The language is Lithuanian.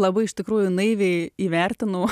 labai iš tikrųjų naiviai įvertinau